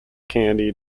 candy